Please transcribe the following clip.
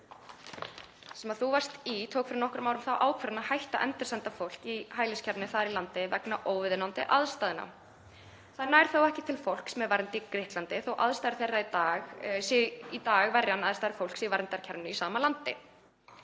Ríkisstjórn þín tók fyrir nokkrum árum þá ákvörðun að hætta að endursenda fólk í hæliskerfinu þar í landi vegna óviðunandi aðstæðna. Það nær þó ekki til fólks með vernd í Grikklandi þó aðstæður þeirra séu í dag verri en aðstæður fólks í verndarkerfinu í sama landi.